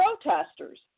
protesters